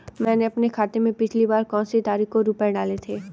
मैंने अपने खाते में पिछली बार कौनसी तारीख को रुपये डाले थे?